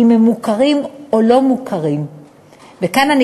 אם הם מוכרים או לא-מוכרים.